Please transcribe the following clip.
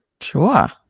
sure